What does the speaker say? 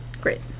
great